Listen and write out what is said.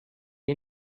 you